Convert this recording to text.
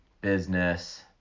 business